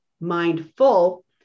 mindful